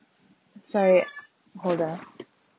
sorry hold on ah